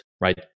right